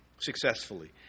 successfully